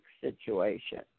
situation